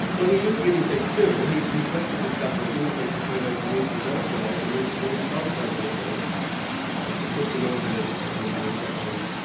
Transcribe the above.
well he used guinea pigs too, he he tested the stuff on guinea pigs to find out what the lethal dose was and then he gave himself quite a big dose it was fifty milligrams um by injection,